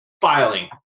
filing